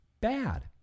bad